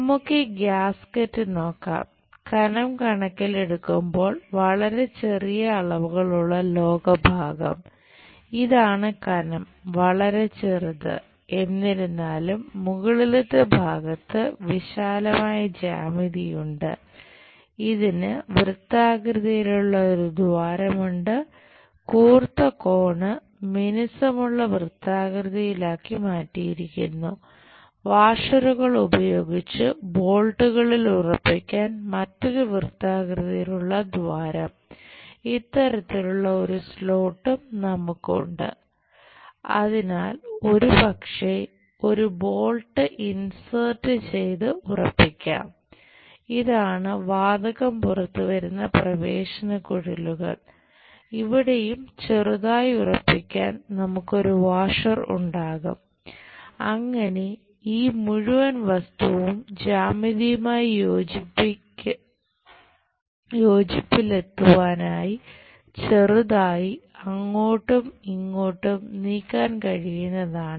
നമുക്ക് ഈ ഗ്യാസ്ക്കറ്റ് നമുക്ക് ഉണ്ട് അതിനാൽ ഒരുപക്ഷേ ഒരു ബോൾട്ട് ഉണ്ടാകും അങ്ങനെ ഈ മുഴുവൻ വസ്തുവും ജ്യാമിതിയുമായി യോജിപ്പിലെത്തിക്കുവാനായി ചെറുതായി അങ്ങോട്ടും ഇങ്ങോട്ടും നീക്കാൻ കഴിയുന്നതാണ്